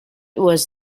was